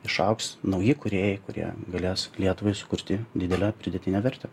išaugs nauji kūrėjai kurie galės lietuvai sukurti didelę pridėtinę vertę